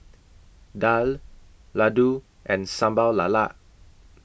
Daal Laddu and Sambal Lala